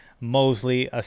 Mosley